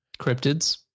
Cryptids